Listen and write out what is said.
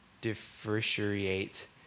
differentiate